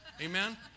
Amen